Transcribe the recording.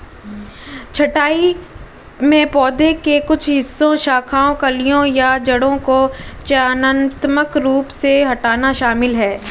छंटाई में पौधे के कुछ हिस्सों शाखाओं कलियों या जड़ों को चयनात्मक रूप से हटाना शामिल है